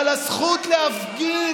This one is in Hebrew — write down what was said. אבל הזכות להפגין,